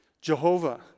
Jehovah